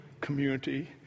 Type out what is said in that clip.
community